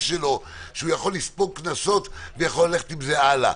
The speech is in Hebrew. שלו שהוא יכול לספוג קנסות ויכול ללכת עם זה הלאה,